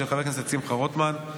של חבר הכנסת שמחה רוטמן.